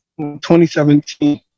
2017